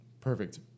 Perfect